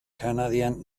canadian